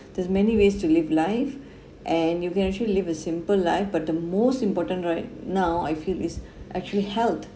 there's many ways to live life and you can actually live a simple life but the most important right now I feel is actually health